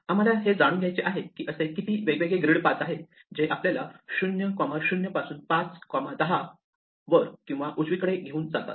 आम्हाला हे जाणून घ्यायचे आहे की असे किती वेगवेगळे ग्रिड पाथ आहेत जे आपल्याला 0 0 पासून 5 10 वर किंवा उजवीकडे घेऊन जातात